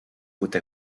côte